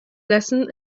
lesson